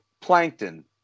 Plankton